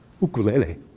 ukulele